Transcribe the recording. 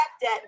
debt